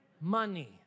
Money